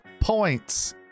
points